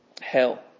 hell